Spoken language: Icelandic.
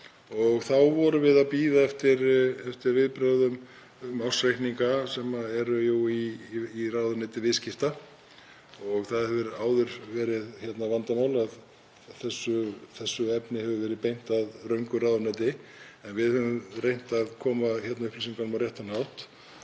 Þá vorum við að bíða eftir viðbrögðum um ársreikninga, sem eru jú í ráðuneyti viðskipta. Það hefur áður verið vandamál að þessu efni hefur verið beint að röngu ráðuneyti en við höfum reynt að koma fyrirspurninni á réttan stað.